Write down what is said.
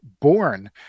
born